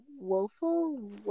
Woeful